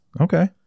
Okay